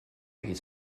his